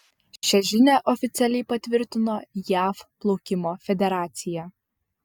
šią žinią oficialiai patvirtino jav plaukimo federacija